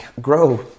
grow